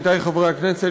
עמיתי חברי הכנסת,